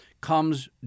comes